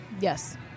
Yes